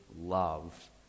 love